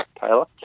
Taylor